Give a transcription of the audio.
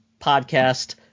podcast